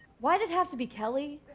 why'd it have to be kelly?